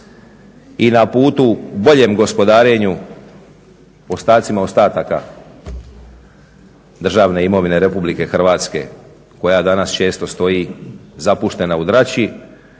i na putu boljem gospodarenju ostacima, ostataka državne imovine Republike Hrvatske koja danas često stoji zapuštena u drači,